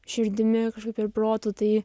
širdimi ir protu tai